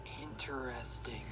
Interesting